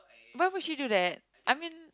why would she do that I mean